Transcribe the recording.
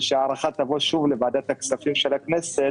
ולבוא שוב לוועדת הכספים של הכנסת.